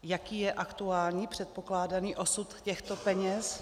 Jaký je aktuální předpokládaný osud těchto peněz?